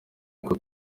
uko